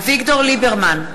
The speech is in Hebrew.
אביגדור ליברמן,